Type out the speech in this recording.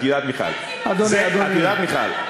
את יודעת, מיכל, חצי מהסיעה שלכם בעד המתווה.